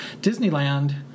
Disneyland